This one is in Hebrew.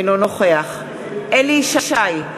אינו נוכח אליהו ישי,